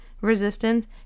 resistance